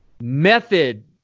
method